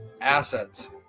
assets